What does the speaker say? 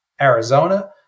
Arizona